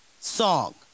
song